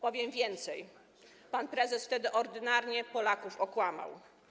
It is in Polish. Powiem więcej: Pan prezes wtedy ordynarnie Polaków okłamał.